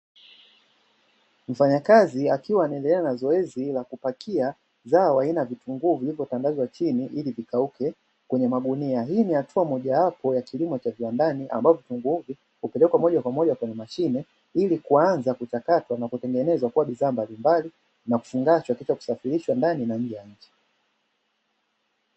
Mfanyakazi akiwa anaendelea na zoezi la kupakia zao aina ya vitunguu vilivyosambazwa chini ili vikauke kwenye magunia, hii ni hatua majowapo ya kilimo cha viwandani, ambapo vitunguu hivi hupelekwa moja kwa moja kwenye mashine ili kuanza kuchakatwa na kutengeneza kuwa bidhaa mbalimbali na kufungashwa kisha kusafirishwa ndani na nje ya nchi.